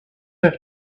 have